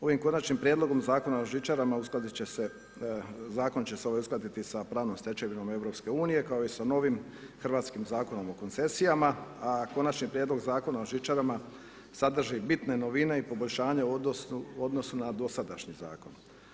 Ovim konačnim prijedlogom Zakona o žičarama uskladit će se, zakon će se uskladiti sa pravnom stečevinom EU kao i sa novim hrvatskim zakonom o koncesijama, a konačni prijedlog Zakona o žičarama sadrži bitne novine i poboljšanja u odnosu na dosadašnji zakon.